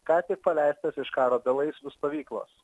ką tik paleistas iš karo belaisvių stovyklos